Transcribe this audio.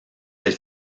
elle